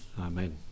amen